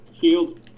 Shield